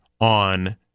on